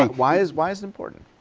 like why is why is it important?